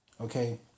Okay